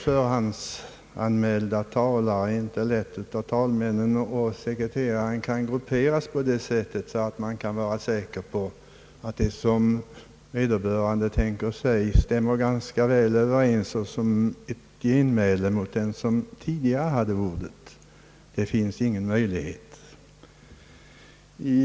Förhandsanmälda talare kan av talmannen och sekreteraren inte lätt grupperas på det sättet att man kan vara säker på att det som vederbörande tänker säga passar någorlunda bra som ett genmäle mot den som tidigare hade ordet. Det finns ingen möjlighet att ordna det hela så.